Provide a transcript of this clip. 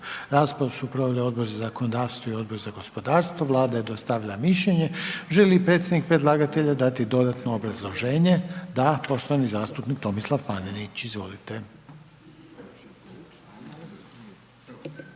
Raspravu su proveli Odbor za zakonodavstvo i Odbor za gospodarstvo. Vlada je dostavila mišljenje. Želi li predstavnik predlagatelja dati dodatno obrazloženje? Da, poštovani zastupnik Tomislav Panenić. Izvolite.